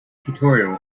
tutorial